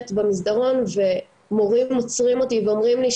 במסדרון ומורים עוצרים אותי ואומרים לי,